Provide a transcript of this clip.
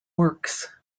works